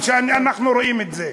ואנחנו רואים את זה.